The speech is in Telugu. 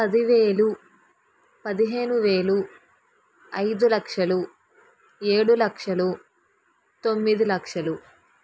పది వేలు పదిహేను వేలు ఐదు లక్షలు ఏడు లక్షలు తొమ్మిది లక్షలు